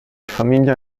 famiglia